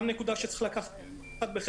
זאת גם נקודה שצריך לקחת בחשבון.